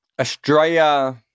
Australia